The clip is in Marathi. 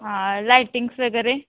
हां लायटिंग्स वगैरे